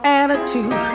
attitude